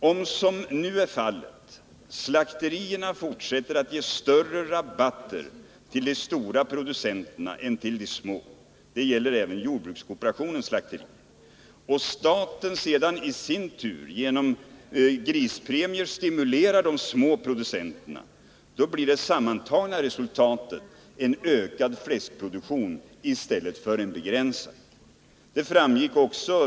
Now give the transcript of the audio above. Om, som nu är fallet, slakterierna fortsätter att ge större rabatter till de stora producenterna än till de små — det gäller även jordbrukskooperationens slakterier — och staten sedan i sin tur genom grispremier stimulerar de små producenterna, blir det sammantagna resultatet en ökad fläskproduktion i stället för en begränsad.